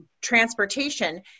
transportation